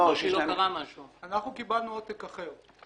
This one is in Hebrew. אנחנו קיבלנו עותק אחר.